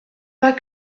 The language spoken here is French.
pas